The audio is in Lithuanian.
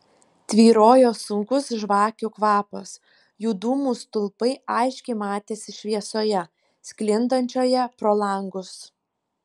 tvyrojo sunkus žvakių kvapas jų dūmų stulpai aiškiai matėsi šviesoje sklindančioje pro langus